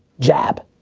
jab.